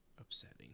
upsetting